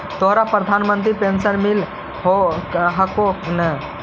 तोहरा प्रधानमंत्री पेन्शन मिल हको ने?